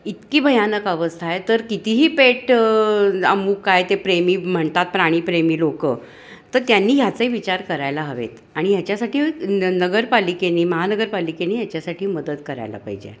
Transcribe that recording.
इतकी भयानक अवस्था आहे तर कितीही पेट अमूक काय ते प्रेमी म्हणतात प्राणीप्रेमी लोक तर त्यांनी ह्याचाही विचार करायला हवेत आणि ह्याच्यासाठी न नगरपालिकेने महानगरपालिकेने ह्याच्यासाठी मदत करायला पाहिजे